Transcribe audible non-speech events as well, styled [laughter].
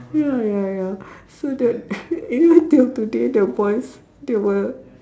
ya ya ya so that [laughs] even till today the boys they will